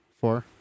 Four